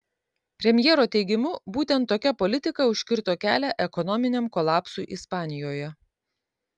premjero teigimu būtent tokia politika užkirto kelią ekonominiam kolapsui ispanijoje